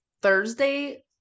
Thursday